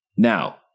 Now